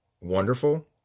wonderful